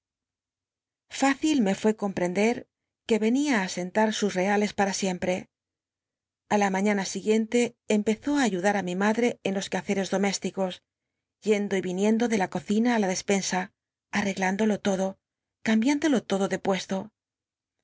licil me fué comprcndcr que y empezó siguiente reales para siempre a la mañana domésticos á yudar á mi madre en los quehaceres arrcdespensa la á cocina la de yendo y viniendo ghíndolo lodo cambiándolo todo de puesto